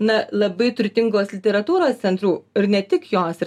na labai turtingos literatūros centrų ir ne tik jos ir